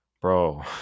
bro